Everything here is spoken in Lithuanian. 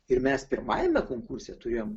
ir mes pirmajame konkurse turėjom